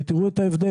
ותראו את ההבדל,